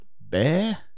bear